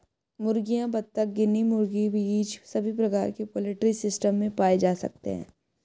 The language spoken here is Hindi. मुर्गियां, बत्तख, गिनी मुर्गी, गीज़ सभी प्रकार के पोल्ट्री सिस्टम में पाए जा सकते है